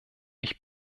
ich